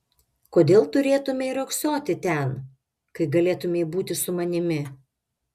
kodėl turėtumei riogsoti ten kai galėtumei būti su manimi